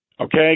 Okay